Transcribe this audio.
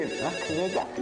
כן, גלית, בבקשה.